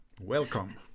Welcome